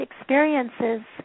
experiences